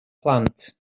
plant